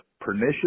pernicious